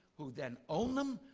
who then own them,